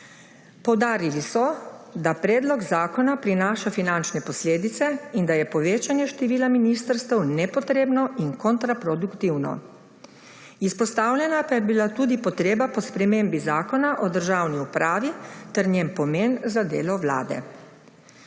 Poudarili so, da predlog zakona prinaša finančne posledice, in da je povečanje števila ministrstev nepotrebno in kontraproduktivno. Izpostavljena pa je bila tudi potreba po spremembi Zakona o državni upravi ter njen pomen za delo vlade.